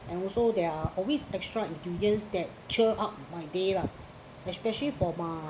and also there are always extra ingredients that cheer up my day lah especially for my